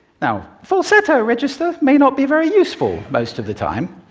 now, falsetto register may not be very useful most of the time,